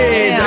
Hey